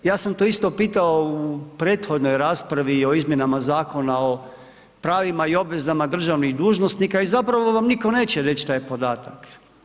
Ja sam to isto pitao u prethodnoj raspravi o izmjenama Zakona o pravima i obvezama državnih dužinska i zapravo vam nitko neće reći taj podatak.